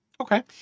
Okay